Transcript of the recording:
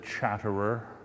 chatterer